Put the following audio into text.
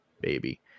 baby